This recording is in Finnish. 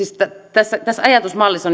tässä tässä ajatusmallissa